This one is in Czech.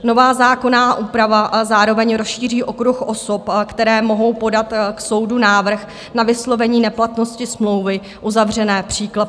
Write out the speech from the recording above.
Nová zákonná úprava zároveň rozšíří okruh osob, které mohou podat k soudu návrh na vyslovení neplatnosti smlouvy uzavřené příklepem.